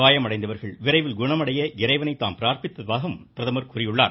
காயமடைந்தவர்கள் விரைவில் குணமடைய இறைவனை தாம் பிரார்த்திப்பதாகவும் பிரதமர் கூறியுள்ளார்